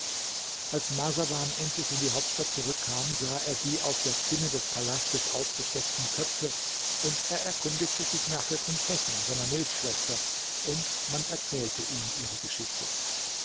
als marsawan endlich in die hauptstadt zurückkam sah er die auf der zinne des palastes aufgesteckten köpfe und er erkundigte sich nach der prinzessin seiner milchschwester und man erzählte ihm ihre geschichte